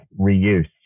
reuse